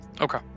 okay